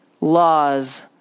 laws